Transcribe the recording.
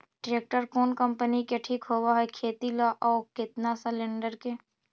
Tractor कोन company के ठीक होब है खेती ल औ केतना सलेणडर के?